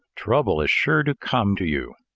trouble is sure to come to you!